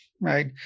right